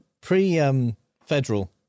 pre-federal